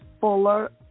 fuller